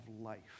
life